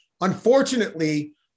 Unfortunately